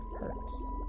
hurts